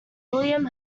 william